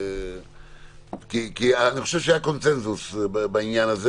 כי אני חושב שהיה קונצנזוס בעניין הזה.